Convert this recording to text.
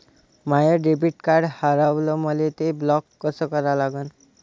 माय debit card हारवलं, मले ते ब्लॉक कस करा लागन?